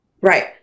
Right